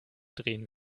drehen